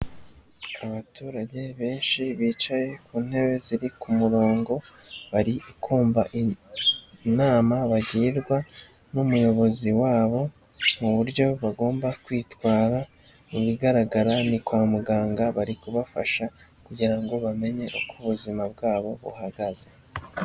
Abaturage benshi bicaye ku ntebe ziri ku murongo, bari kumva inama bagirwa n'umuyobozi wabo mu buryo bagomba kwitwara, mu bigaragara ni kwa muganga bari kubafasha kugira ngo bamenye uko ubuzima bwabo buhagaze.